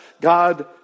God